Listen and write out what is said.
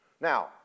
Now